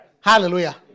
Hallelujah